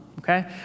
okay